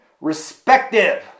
respective